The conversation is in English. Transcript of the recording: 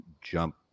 jump